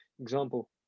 example